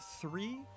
three